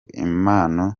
impano